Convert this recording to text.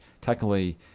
technically